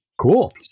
Cool